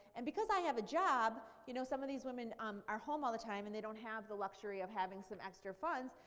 and because i have a job, you know, some of these women um are home all the time and they don't have the luxury of having some extra funds,